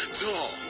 tall